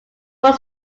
was